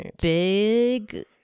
big